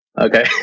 okay